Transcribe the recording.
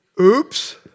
Oops